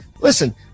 listen